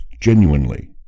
genuinely